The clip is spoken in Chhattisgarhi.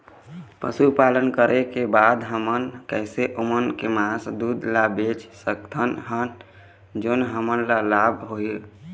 पशुपालन करें के बाद हम कैसे ओमन के मास, दूध ला बेच सकत हन जोन हमन ला लाभ हो?